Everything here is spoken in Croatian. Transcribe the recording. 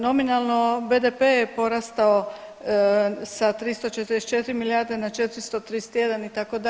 Nominalno BDP je porastao sa 344 milijarde na 431 itd.